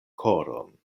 koron